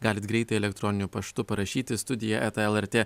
galit greitai elektroniniu paštu parašyti studija eta lrt